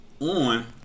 on